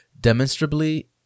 demonstrably